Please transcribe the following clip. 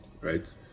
right